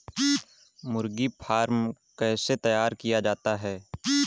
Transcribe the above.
मुर्गी फार्म कैसे तैयार किया जाता है?